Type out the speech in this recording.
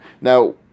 Now